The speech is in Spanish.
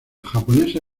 japonesa